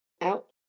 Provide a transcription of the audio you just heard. out